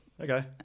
Okay